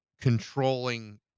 controlling